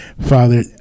Father